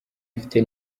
mfite